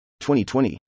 2020